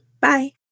bye